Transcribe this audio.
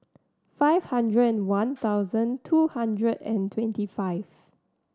five hundred and one thousand two hundred and twenty five